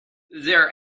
their